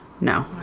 No